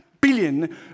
billion